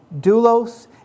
Doulos